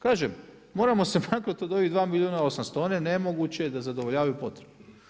Kažem, moramo se maknuti od ovih 2 milijuna 800, one nemoguće je da zadovoljavaju potrebe.